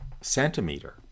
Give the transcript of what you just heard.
centimeter